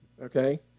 Okay